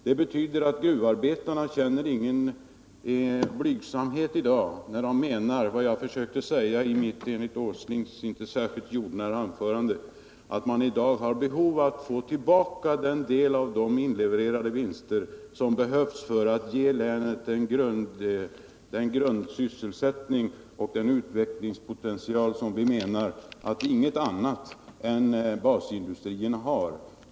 Det medför att gruvarbetarna i dag inte känner någon blygsamhet när de menar — vilket jag försökte säga I mitt enligt herr Åsling inte särskilt jordnära anförande — att man i dag har behov av att få tillbaka den del av de inlevererade vinsterna som behövs för att ge länet den grundsysselsättning och utvecklingspotential som inget annat än basindustrierna kan ge.